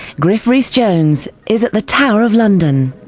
griff rhys jones is at the tower of london.